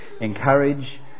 Encourage